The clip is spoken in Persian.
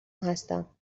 هستم